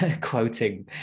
quoting